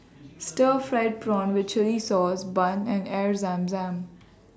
Stir Fried Prawn with Chili Sauce Bun and Air Zam Zam